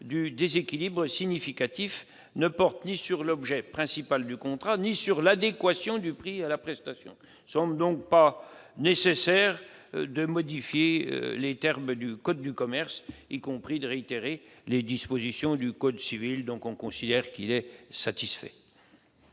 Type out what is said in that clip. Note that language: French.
du déséquilibre significatif ne porte ni sur l'objet principal du contrat ni sur l'adéquation du prix à la prestation. Il ne semble donc pas nécessaire de modifier les termes du code de commerce, y compris pour réitérer les dispositions du code civil. Cet amendement étant satisfait,